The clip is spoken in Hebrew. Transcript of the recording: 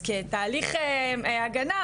אז כתהליך הגנה,